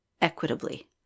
equitably